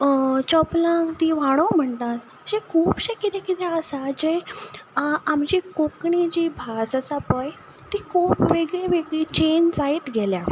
चपलांक तीं व्हाणो म्हणटात अशें खुबशे किदें किदें आसा जें आमची कोंकणी जी भास आसा पळय ती खूब वेगळीवेगळी चेंज जायत गेल्या